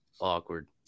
awkward